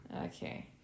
Okay